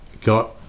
Got